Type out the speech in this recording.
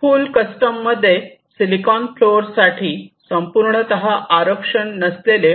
फुल custom मध्ये की silicon floor साठी संपूर्णतः आरक्षण नसलेले